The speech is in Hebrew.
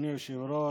אדוני היושב-ראש,